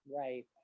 right